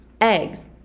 eggs